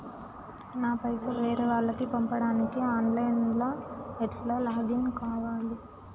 నా పైసల్ వేరే వాళ్లకి పంపడానికి ఆన్ లైన్ లా ఎట్ల లాగిన్ కావాలి?